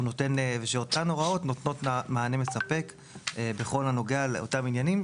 ושאותן הוראות נותנות מענה מספק בכל הנוגע לאותם עניינים,